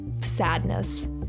sadness